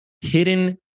hidden